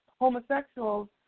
homosexuals